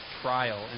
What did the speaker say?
trial